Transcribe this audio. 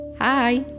Hi